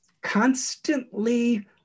constantly